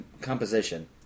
composition